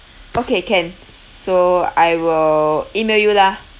okay can so I will email you lah